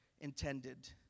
intended